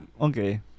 Okay